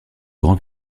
grand